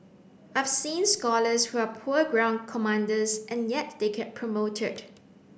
I've seen scholars who are poor ground commanders and yet they get promoted